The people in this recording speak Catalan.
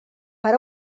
per